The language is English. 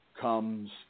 comes